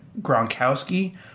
Gronkowski